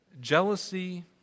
Jealousy